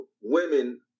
women